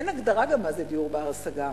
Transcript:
אין הגדרה של דיור בר-השגה,